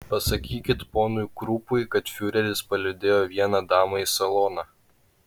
pasakykit ponui krupui kad fiureris palydėjo vieną damą į saloną